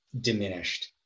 diminished